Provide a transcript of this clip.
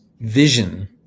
vision